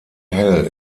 hell